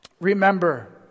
Remember